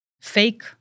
fake